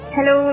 Hello